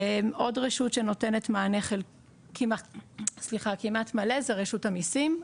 עוד רשות שנותנת מענה כמעט מלא זה רשות המסים,